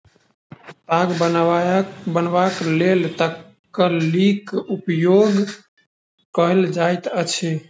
ताग बनयबाक लेल तकलीक उपयोग कयल जाइत अछि